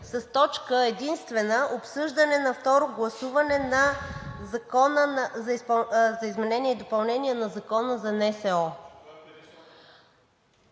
с точка единствена: Обсъждане на второ гласуване Закона за изменение и допълнение на Закона за НСО.